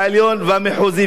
המחוזי והשלום.